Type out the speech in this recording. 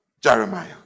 Jeremiah